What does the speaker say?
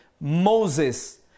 Moses